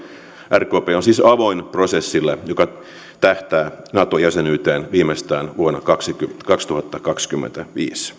rkp on siis avoin prosessille joka tähtää nato jäsenyyteen viimeistään vuonna kaksituhattakaksikymmentäviisi